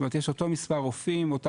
זאת